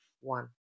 one